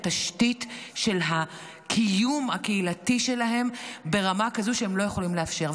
התשתית של הקיום הקהילתי שלהם ברמה כזו שהם לא יכולים לאפשר.